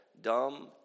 dumb